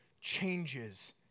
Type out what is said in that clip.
changes